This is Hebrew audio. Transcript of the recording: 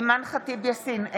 אימאן ח'טיב יאסין,